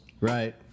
Right